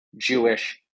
Jewish